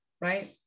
right